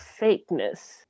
fakeness